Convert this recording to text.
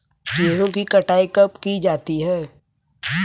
गेहूँ की कटाई कब की जाती है?